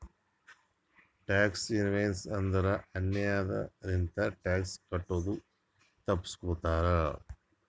tax evasion ಅಂದುರ್ ಅನ್ಯಾಯ್ ಲಿಂತ ಟ್ಯಾಕ್ಸ್ ಕಟ್ಟದು ತಪ್ಪಸ್ಗೋತಾರ್